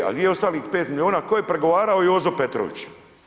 E, a gdje je ostalih 5 milijuna, tko je pregovarao, Jozo Petrović.